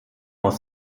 aus